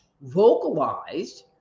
vocalized